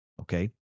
okay